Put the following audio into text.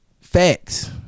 Facts